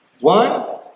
One